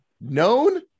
known